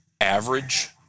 average